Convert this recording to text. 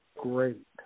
great